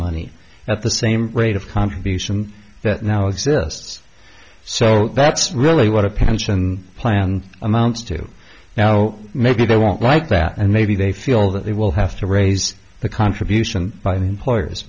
money at the same rate of contribution that now exists so that's really what a pension plan amounts to now maybe they won't like that and maybe they feel that they will have to raise the contribution by employers